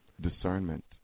Discernment